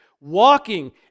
walking